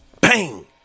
Bang